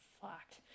fucked